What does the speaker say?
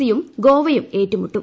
C യും ഗോവയും ഏറ്റുമുട്ടും